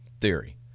theory